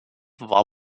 war